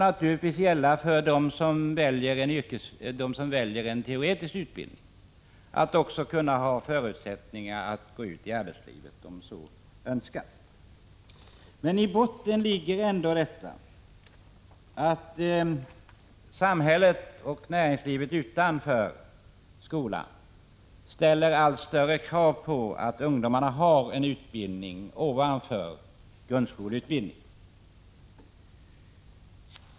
Naturligtvis skall de som väljer en teoretisk utbildning också kunna ha förutsättningar att gå ut i arbetslivet om de så önskar. Men i botten ligger ändå att samhället och näringslivet ställer allt större krav på att ungdomarna har en utbildning ovanpå grundskoleutbildningen.